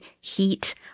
heat